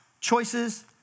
Choices